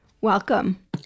Welcome